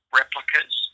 replicas